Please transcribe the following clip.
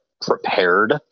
prepared